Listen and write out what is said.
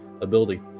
ability